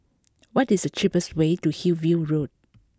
what is the cheapest way to Hillview Road